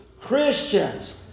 Christians